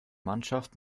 mannschaft